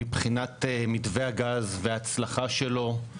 מבחינת מתווה הגז וההצלחה שלו.